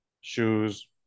shoes